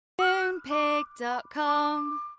Moonpig.com